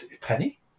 penny